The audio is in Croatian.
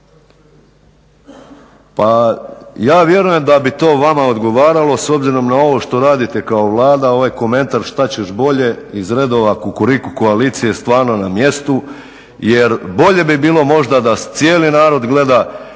Pa ja vjerujem da bi to vama odgovaralo s obzirom na ovo što radite kao Vlada, ovaj komentar "što ćeš bolje" iz redova Kukuriku koalicije je stvarno na mjestu jer bolje bi bilo možda da cijeli narod gleda